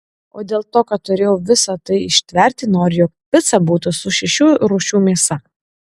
o dėl to kad turėjau visa tai ištverti noriu jog pica būtų su šešių rūšių mėsa